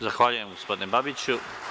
Zahvaljujem, gospodine Babiću.